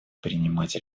принимать